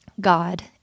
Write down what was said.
God